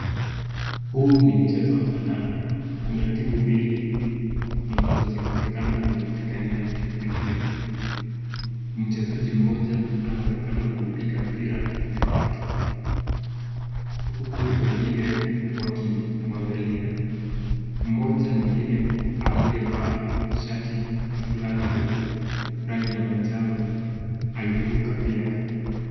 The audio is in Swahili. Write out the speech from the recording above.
Huu ni mchezo wa kandanda, kuna timu mbili ambazo zinaonekana kuupigania mipira , mchezaji mmoja anaonekana kuupiga mpira na kichwa wake, huku wengine wakimwangalia ,mmoja mwingine aliyevaa shati na fulana lenye rangi ya manjano ameruka pia .